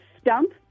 Stump